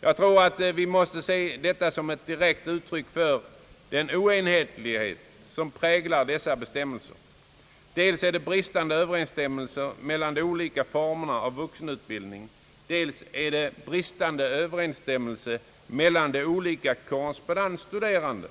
Jag tror att vi måste se detta som ett direkt uttryck för den oenhetlighet som präglar bestämmelserna på detta område. Det råder bristande överensstämmelse dels mellan de olika formerna för vuxenutbildning, dels mellan olika korrespondensstuderande.